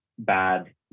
bad